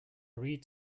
read